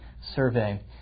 survey